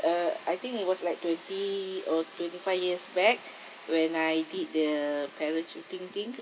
uh I think it was like twenty or twenty-five years back when I did the parachuting thing